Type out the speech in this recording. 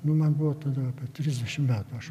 nu man buvo tada apie trisdešim metų aš